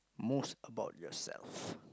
most about yourself